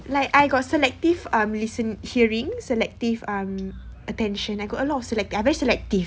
like I got selective um listen hearing selective um attention I got a lot of selective I very selective